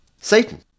Satan